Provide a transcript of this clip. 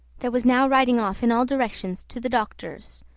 there was now riding off in all directions to the doctor's,